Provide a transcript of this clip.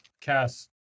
cast